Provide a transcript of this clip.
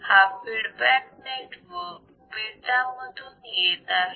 हा feedback network beta मधून येत आहे